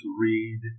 read